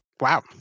wow